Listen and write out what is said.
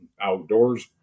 outdoors